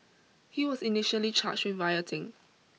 he was initially charged with rioting